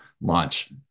launch